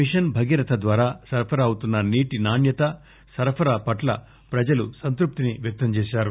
machine Bhagiratha ద్వారా సరఫరా అవుతున్న నీటి నాణ్యత సరఫరా పట్ల ప్రజలు సంతృప్తిని వ్యక్తంచేశారు